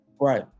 Right